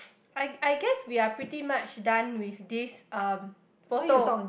I I guess we are pretty much done with this um photo